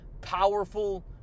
powerful